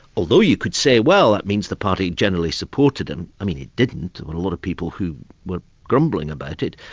although you could say, well, that means the party generally supported him, i mean it didn't, and a lot of people were grumbling about it.